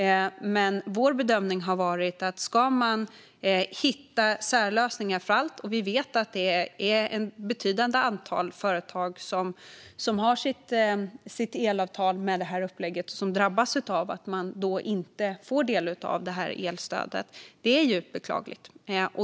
Vår bedömning har varit att det är svårt att hitta särlösningar för allt. Vi vet att det är ett betydande antal företag som har sitt elavtal med det här upplägget och som alltså drabbas på så sätt att de inte får del av det här elstödet. Det är djupt beklagligt.